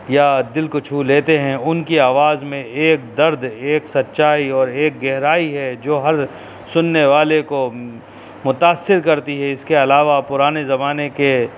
یا دل کو چھو لیتے ہیں ان کی آواز میں ایک درد ایک سچائی اور ایک گہرائی ہے جو ہر سننے والے کو متاثر کرتی ہے اس کے علاوہ پرانے زمانے کے